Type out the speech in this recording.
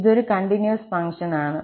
ഇതൊരു കണ്ടിന്യൂസ് ഫംഗ്ഷനാണ്